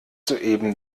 soeben